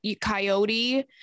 coyote